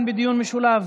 בדיון המשולב.